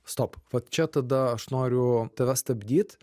stop vat čia tada aš noriu tave stabdyt